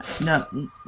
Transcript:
No